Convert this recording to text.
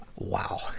wow